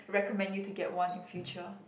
recommend you to get one in future